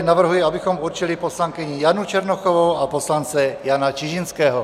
Navrhuji, abychom určili poslankyni Janu Černochovou a poslance Jana Čižinského.